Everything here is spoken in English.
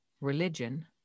religion